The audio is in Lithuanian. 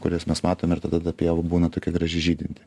kurias mes matom ir tada ta pieva būna tokia graži žydinti